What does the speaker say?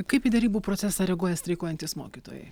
kaip į derybų procesą reaguoja streikuojantys mokytojai